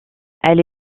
elle